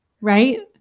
right